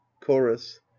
chorus